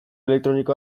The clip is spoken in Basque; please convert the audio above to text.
elektroniko